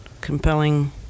compelling